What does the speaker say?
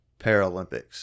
paralympics